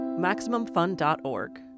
MaximumFun.org